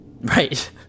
Right